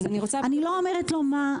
אני לא אומר לו מה.